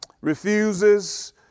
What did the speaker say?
refuses